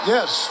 Yes